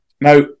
Now